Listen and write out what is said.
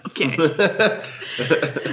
Okay